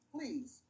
Please